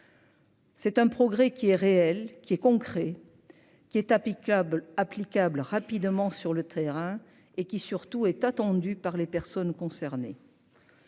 C'est un progrès qui est réel qui est concret. Qui est applicable applicables rapidement sur le terrain et qui surtout est attendu par les personnes concernées.--